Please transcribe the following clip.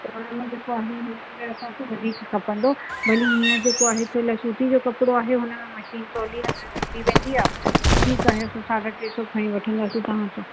त हुन में जेको आहे इनकरे वधीक खपंदो भली हींअर जेको आहे सूती जो कपिड़ो आहे हुन में मशीन सवली हली वेंदी आहे त ठीकु आहे असांखे टे सौ खणी वठंदासीं तव्हां सां